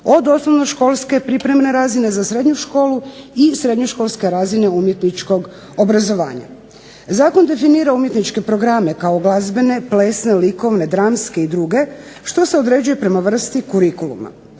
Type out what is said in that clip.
od osnovnoškolske pripremne razine za srednju školu, i srednjoškolske razine umjetničkog obrazovanja. Zakon definira umjetničke programe kao glazbene, plesne, likovne, dramske i druge, što se određuje prema vrsti kurikuluma.